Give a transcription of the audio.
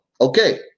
okay